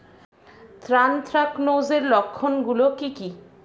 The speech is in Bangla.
এ্যানথ্রাকনোজ এর লক্ষণ গুলো কি কি?